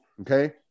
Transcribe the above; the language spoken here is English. okay